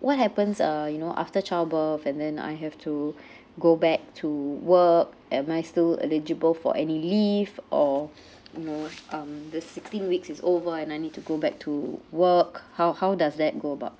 what happens uh you know after childbirth and then I have to go back to work am I still eligible for any leave or you know um the sixteen weeks is over and I need to go back to work how how does that go about